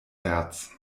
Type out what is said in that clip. herz